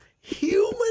human